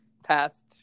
past